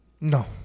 No